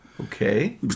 Okay